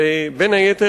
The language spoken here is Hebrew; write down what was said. בין היתר,